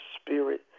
spirit